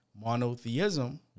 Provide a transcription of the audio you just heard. monotheism